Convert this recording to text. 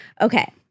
Okay